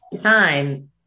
time